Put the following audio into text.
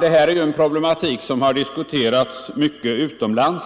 Detta är ju en problematik som har diskuterats mycket utomlands.